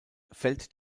fällt